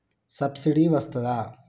Subsidy వస్తదా?